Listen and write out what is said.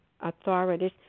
authorities